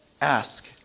ask